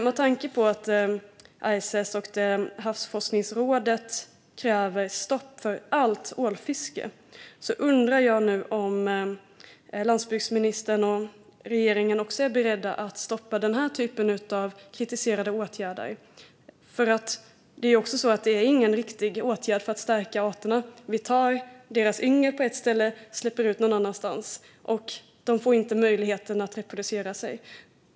Med tanke på att ICES, Internationella havsforskningsrådet, kräver stopp för allt ålfiske undrar jag nu om landsbygdsministern och regeringen också är beredda att stoppa denna kritiserade åtgärd. Det är ju ingen riktig åtgärd för att stärka arten. Vi tar yngel på ett ställe och släpper ut dem någon annanstans. De får inte möjligheten att reproducera sig.